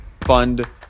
fund